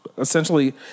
Essentially